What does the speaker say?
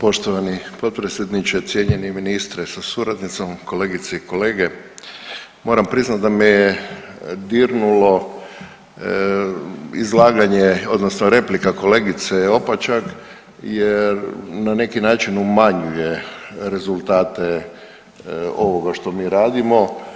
Poštovani potpredsjedniče, cijenjeni ministre sa suradnicom, kolegice i kolege, moram priznati da me je dirnulo izlaganje odnosno replika kolegice Opačak jer na neki način umanjuje rezultate ovoga što mi radimo.